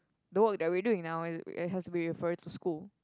the work that we're doing now it it has to be referring to school